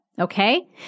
Okay